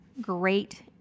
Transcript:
great